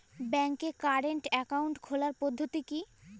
ব্যাংকে current account খোলার পদ্ধতি কি?